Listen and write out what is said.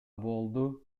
болду